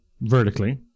vertically